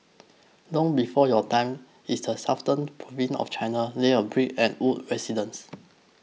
long before your time in the southern province of China lay a brick and wood residence